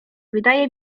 wydaje